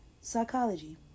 psychology